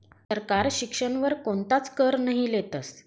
सरकार शिक्षण वर कोणताच कर नही लेतस